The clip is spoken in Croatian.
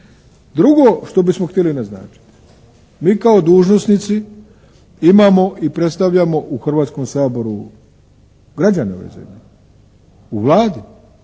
Drugo, što bismo htjeli naznačiti. Mi kao dužnosnici imamo i predstavljamo u Hrvatskom saboru građane ove zemlje u Vladi,